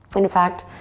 in fact,